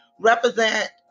represent